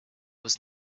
was